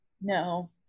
No